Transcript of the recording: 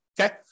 Okay